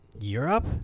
Europe